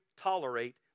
tolerate